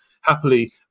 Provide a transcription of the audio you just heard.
happily